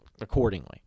accordingly